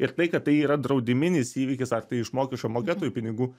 ir tai kad tai yra draudiminis įvykis ar tai iš mokesčių mokėtojų pinigų